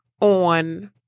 on